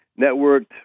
networked